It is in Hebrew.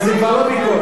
אבל זה כבר לא ביקורת.